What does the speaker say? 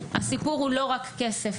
הסיפור הוא לא רק כסף,